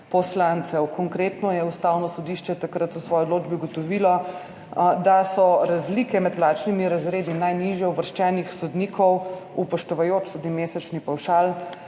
strani. Konkretno je Ustavno sodišče takrat v svoji odločbi ugotovilo, da so razlike med plačnimi razredi najnižje uvrščenih sodnikov, upoštevajoč tudi mesečni pavšal